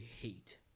hate